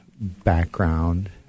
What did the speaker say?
background